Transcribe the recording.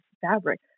fabric